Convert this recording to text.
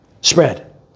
spread